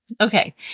Okay